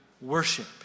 worship